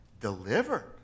delivered